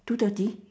two thirty